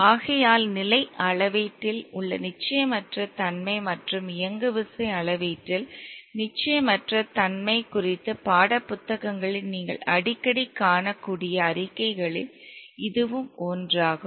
ஆகையால் நிலை அளவீட்டில் உள்ள நிச்சயமற்ற தன்மை மற்றும் இயங்குவிசை அளவீட்டில் நிச்சயமற்ற தன்மை குறித்து பாடப்புத்தகங்களில் நீங்கள் அடிக்கடி காணக்கூடிய அறிக்கைகளில் இதுவும் ஒன்றாகும்